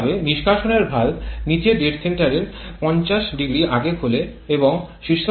একইভাবে নিষ্কাশনের ভালভ নীচের ডেড সেন্টারের ৫০০ আগে খোলে এবং শীর্ষ ডেড সেন্টারের ২০০ পরে বন্ধ হয়